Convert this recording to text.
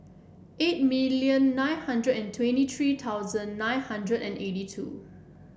eight million nine hundred and twenty three thousand nine hundred and eighty two